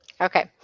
Okay